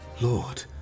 Lord